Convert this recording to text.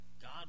God